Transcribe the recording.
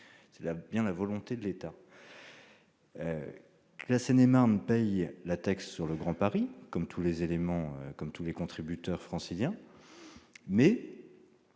c'est bien là la volonté de l'État. Les habitants de Seine-et-Marne paient la taxe sur le Grand Paris, comme tous les contributeurs franciliens, mais